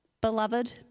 Beloved